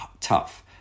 tough